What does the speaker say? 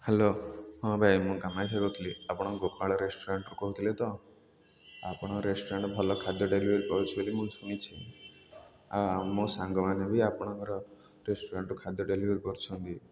hello ହଁ ଭାଇ ମୁଁ କାମାକ୍ଷ କହୁଥିଲି ଆପଣ ଗୋପାଳ ରେଷ୍ଟୁରାଣ୍ଟ୍ରୁ କହୁଥିଲେ ତ ଆପଣଙ୍କ ରେଷ୍ଟୁରାଣ୍ଟ୍ ଭଲ ଖାଦ୍ୟ ଡେଲିଭରି କରୁଛି ବୋଲି ମୁଁ ଶୁଣିଛି ଆଉ ମୋ ସାଙ୍ଗମାନେ ବି ଆପଣଙ୍କର ରେଷ୍ଟୁରାଣ୍ଟ୍ରୁ ଖାଦ୍ୟ ଡେଲିଭରି କରୁଛନ୍ତି